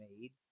made